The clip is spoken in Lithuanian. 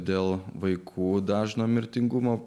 dėl vaikų dažno mirtingumo